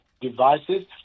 devices